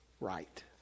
right